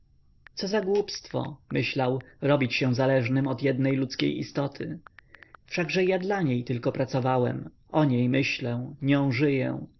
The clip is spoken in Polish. za głupstwo myślał robić się zależnym od jednej ludzkiej istoty wszakże ja dla niej tylko pracowałem o niej myślę nią żyję